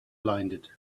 blinded